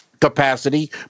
capacity